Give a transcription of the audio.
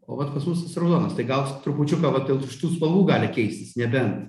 o vat pas mus tas raudonas tai gal trupučiuką va dėl šitų spalvų gali keistis nebent